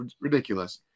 ridiculous